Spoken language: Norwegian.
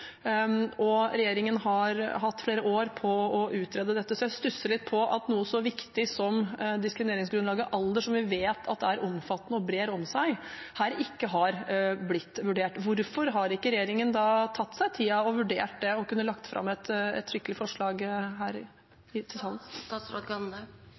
Regjeringen har hatt flere år på å utrede dette, så jeg stusser litt på at noe så viktig som diskrimineringsgrunnlaget alder, som vi vet er omfattende og brer om seg, her ikke har blitt vurdert. Hvorfor har ikke regjeringen tatt seg den tiden og vurdert det, slik at de kunne lagt fram et skikkelig forslag